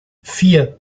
vier